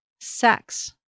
sex